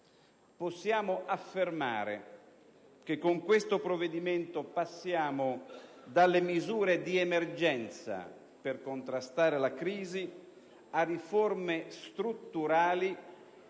possiamo affermare che con questo provvedimento passiamo dalle misure di emergenza per contrastare la crisi a riforme strutturali